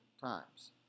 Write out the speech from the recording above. times